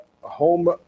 home